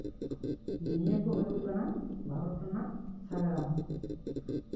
ᱱᱤᱭᱟᱹ ᱠᱚ ᱦᱩᱭᱩᱜ ᱠᱟᱱᱟ ᱵᱷᱟᱨᱚᱛ ᱨᱮᱭᱟᱜ ᱥᱟᱸᱜᱟᱲᱚᱢ